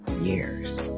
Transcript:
Years